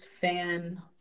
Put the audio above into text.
fan